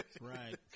Right